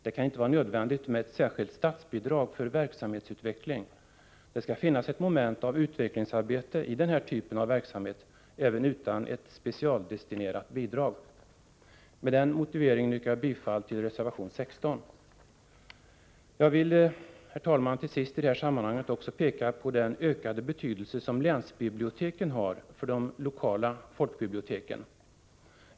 Det kan inte vara nödvändigt med ett särskilt statsbidrag för verksamhetsutveckling. Det skall finnas ett moment av utvecklingsarbete i den här typen av verksamhet, även utan ett specialdestinerat bidrag. Med den motiveringen yrkar jag bifall till reservation 16. Jag vill till sist, herr talman, i det här sammanhanget också peka på den ökade betydelse som länsbiblioteken har för de lokala folkbiblioteken.